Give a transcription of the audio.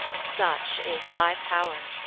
such is thy pow'r,